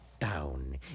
down